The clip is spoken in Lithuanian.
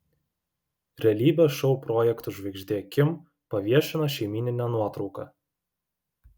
realybės šou projektų žvaigždė kim paviešino šeimyninę nuotrauką